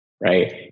right